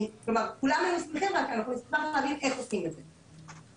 כולם היו שמחים רק נשמח להבין איך עושים את זה,